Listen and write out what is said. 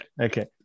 Okay